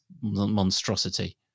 monstrosity